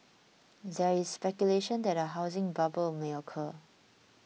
there is speculation that a housing bubble may occur